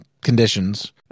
conditions